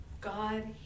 God